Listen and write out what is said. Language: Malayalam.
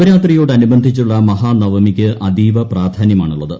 നവരാത്രിയോടനുബന്ധി ച്ചിട്ടുള്ള മഹാനവമിക്ക് അതീവ പ്രാധാന്യമാണുള്ളത്